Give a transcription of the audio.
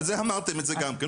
על זה אמרתם את זה גם כן.